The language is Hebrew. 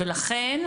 ולכן,